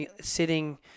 sitting